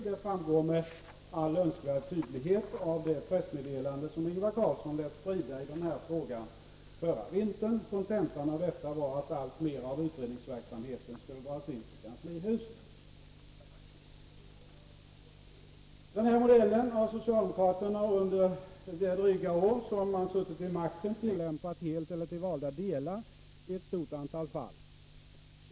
Det framgår med all önskvärd tydlighet av det pressmeddelande som Ingvar Carlsson lät sprida i den här frågan förra vintern. Kontentan av detta var att alltmer av utredningsverksamheten skulle dras in till kanslihuset. Den här nämnda modellen har socialdemokraterna under det dryga år de suttit vid makten tillämpat helt eller till valda delar i ett stort antal fall.